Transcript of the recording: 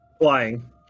Flying